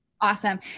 Awesome